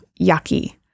yucky